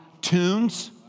tunes